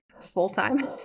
full-time